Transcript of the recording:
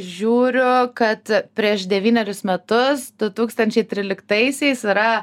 žiūriu kad prieš devynerius metus du tūkstančiai tryliktaisiais yra